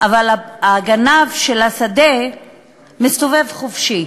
אבל הגנב של השדה מסתובב חופשי.